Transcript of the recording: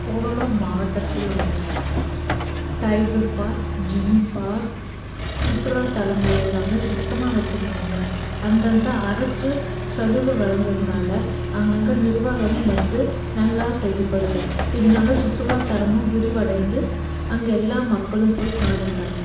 கூடலூர் மாவட்டத்தில் உள்ள tiger park ஜெனி பார்க் சுற்றுலாத்தலங்கள் எல்லாமே சுத்தமாக வச்சுருக்காங்க அந்தந்த அரசு சலுகை வழங்கிறதுனால அங்கங்கே நிர்வாகம் வந்து நல்லா செயல்படுது இதனால சுற்றுலாத்தலமும் விரிவடைந்து அங்கே எல்லா மக்களும் போய் காண்கிறாங்க